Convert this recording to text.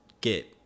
get